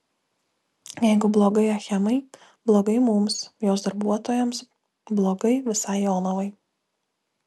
jeigu blogai achemai blogai mums jos darbuotojams blogai visai jonavai